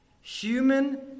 Human